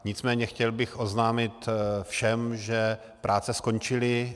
Nicméně chtěl bych oznámit všem, že práce skončily.